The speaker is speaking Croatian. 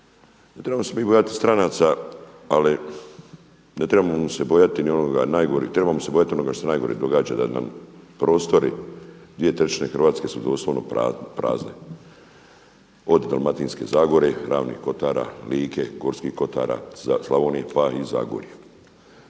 ne trebamo se bojati ni onoga najgoreg. Trebamo se bojati onog što se najgore događa da nam prostori, 2/3 Hrvatske su doslovno prazni od Dalmatinske zagore, Ravnih kotara, Like, Gorskog kotara, Slavonije, pa i Zagorje.